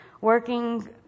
Working